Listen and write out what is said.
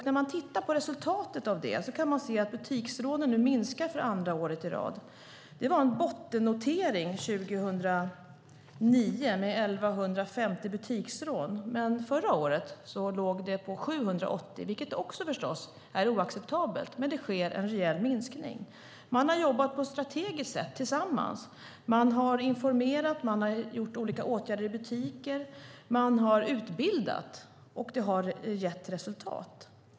När man tittar på resultatet av detta kan man se att butiksrånen minskar för andra året i rad. Det var en bottennotering 2009 med 1 150 butiksrån. Förra året låg det på 780. Det är förstås också oacceptabelt. Men det sker en rejäl minskning. Man har jobbat på ett strategiskt sätt tillsammans. Man har informerat, vidtagit olika åtgärder i butiker och utbildat, och det har gett resultat.